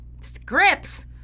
Scripts